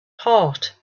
heart